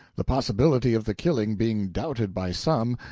the possibility of the killing being doubted by some,